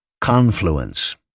confluence